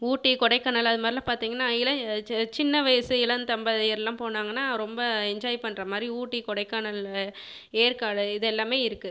ஊட்டி கொடைக்கானல் அது மாதிரிலாம் பார்த்திங்கனா இளைஞர் ச சின்ன வயது இளந்தம்பதியர்லாம் போனாங்கன்னா ரொம்ப என்ஜாய் பண்ற மாநதிரி ஊட்டி கொடைக்கானல் ஏற்காடு இது எல்லாமே இருக்குது